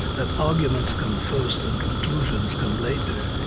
that arguments come first and conclusions come later,